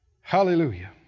Hallelujah